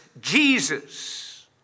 Jesus